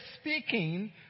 speaking